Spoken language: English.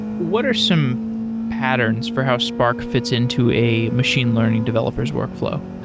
what are some patterns for how spark fits into a machine learning developer's workflow?